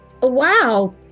Wow